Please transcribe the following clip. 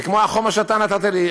וכמו החומר שאתה נתת לי,